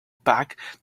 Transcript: back